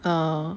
err